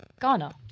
Ghana